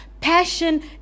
passion